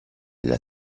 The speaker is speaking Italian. della